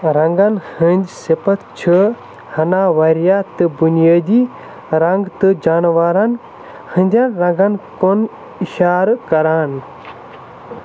رنٛگَن ہٕنٛدۍ صِفت چھِ ہَنا واریاہ تہٕ بُنیٲدی رنٛگ تہٕ جانوارَن ہٕنٛدٮ۪ن رنٛگن کُن اِشارٕ کَران